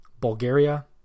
Bulgaria